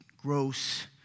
gross